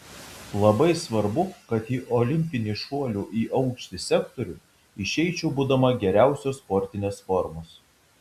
labai svarbu kad į olimpinį šuolių į aukštį sektorių išeičiau būdama geriausios sportinės formos